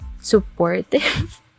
supportive